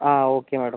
ആ okay madam